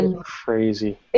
Crazy